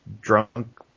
drunk